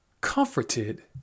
comforted